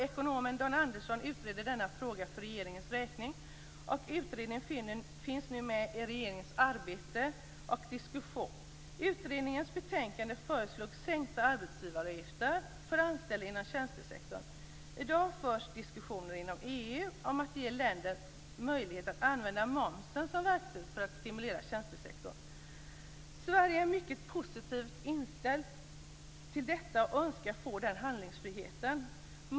LO-ekonomen Dan Andersson utredde denna fråga för regeringens räkning, och utredningen finns nu med i regeringens arbete och diskussion. Utredningens betänkande föreslog sänkta arbetsgivaravgifter för anställda inom tjänstesektorn. I dag förs diskussioner inom EU om att ge länder möjlighet att använda momsen som verktyg för att stimulera tjänstesektorn. I Sverige är man mycket positivt inställd till detta och önskar få den handlingsfriheten.